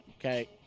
Okay